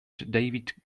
david